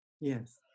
yes